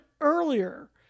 earlier